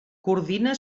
coordina